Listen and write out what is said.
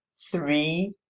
three